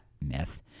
myth